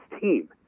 team